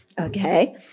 Okay